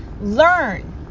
Learn